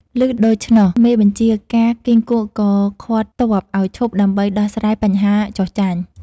ឮដូច្នោះ មេបញ្ជាការគីង្គក់ក៏ឃាត់ទ័ពឱ្យឈប់ដើម្បីដោះស្រាយបញ្ហាចុះចាញ់។